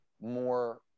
more